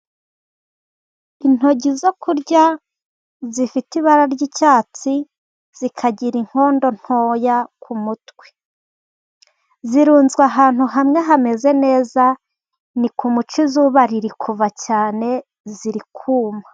Intoryi zo kurya zifite ibara ry'icyatsi, zikagira inkondo ntoya ku mutwe. Zirunzwe ahantu hamwe hameze neza ni ku muce zuba riri kuva cyane ziri kuma